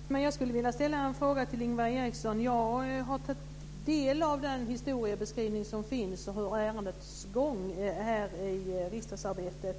Fru talman! Jag skulle vilja ställa en fråga till Ingvar Eriksson. Jag har tagit del av den historieskrivning som finns och ärendets gång här i riksdagsarbetet.